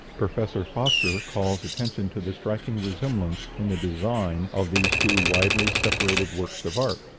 professor foster calls attention to the striking resemblance in the designs of these two widely separated works of art,